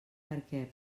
perquè